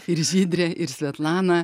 ir žydrė ir svetlana